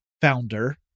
founder